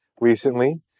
recently